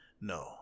No